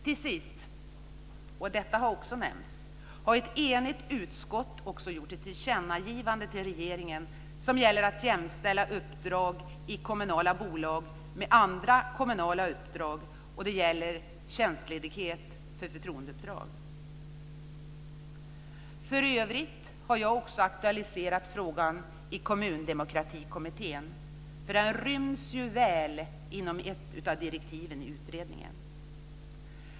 Till sist - detta har också nämnts här - har ett enigt utskott gjort ett tillkännagivande till regeringen som gäller att jämställa uppdrag i kommunala bolag med andra kommunala uppdrag, och det gäller tjänstledighet för förtroendeuppdrag. För övrigt har jag också aktualiserat frågan i Kommundemokratikommittén, för den ryms ju väl inom ett av direktiven till utredningen.